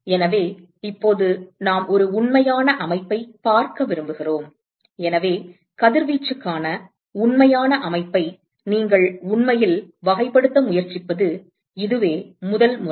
எனவே இப்போது நாம் ஒரு உண்மையான அமைப்பைப் பார்க்க விரும்புகிறோம் எனவே கதிர்வீச்சுக்கான உண்மையான அமைப்பை நீங்கள் உண்மையில் வகைப்படுத்த முயற்சிப்பது இதுவே முதல் முறை